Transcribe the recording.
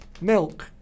milk